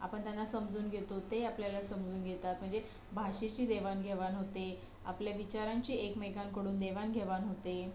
आपण त्यांना समजून घेतो ते आपल्याला समजून घेतात म्हणजे भाषेची देवाणघेवाण होते आपल्या विचारांची एकमेकांकडून देवाणघेवाण होते